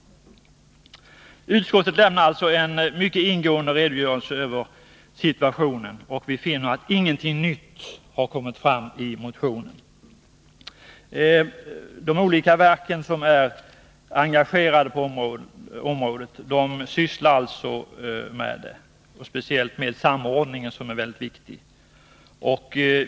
Utskottet lämnar en mycket ingående redogörelse för situationen och finner att ingenting nytt kommit fram i motionen. De olika verk som är engagerade på området sysslar speciellt med samordningen, som är väldigt viktig.